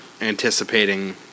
anticipating